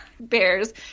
bears